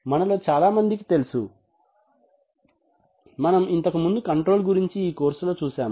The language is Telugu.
మనలో చాలా మందికి తెలుసు మనం ఇంతకుముందు కంట్రోల్ గురించి కోర్సు లో చూశాము